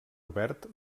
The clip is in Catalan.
obert